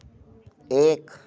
एक